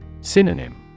Synonym